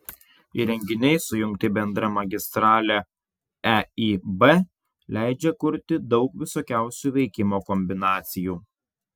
įrenginiai sujungti bendra magistrale eib leidžia kurti daug visokiausių veikimo kombinacijų